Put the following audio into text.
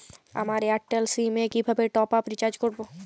আমার এয়ারটেল সিম এ কিভাবে টপ আপ রিচার্জ করবো?